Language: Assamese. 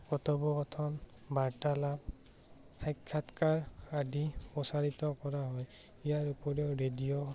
কথোপকঠন বাৰ্তালাপ সাক্ষাৎকাৰ আদি প্ৰচাৰিত কৰা হয় ইয়াৰ উপৰিও ৰেডিঅ'